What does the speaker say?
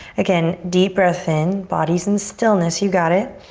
again, deep breath in. body's in stillness, you got it.